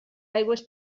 aigües